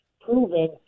proven